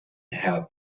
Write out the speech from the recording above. herr